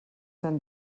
tan